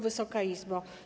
Wysoka Izbo!